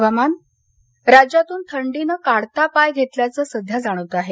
हवामान राज्यातून थंडीने काढता पाय घेतल्याचं सध्या जाणवत आहे